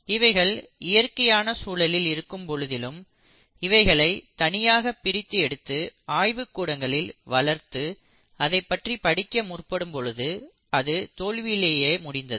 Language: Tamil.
இவைகள் இயற்கையான சூழலில் இருக்கும் பொழுதிலும் இவைகளை தனியாக பிரித்து எடுத்து ஆய்வுக்கூடங்களில் வளர்த்து அதை பற்றி படிக்க முற்படும் பொழுது அது தோல்வியிலேயே முடிந்தது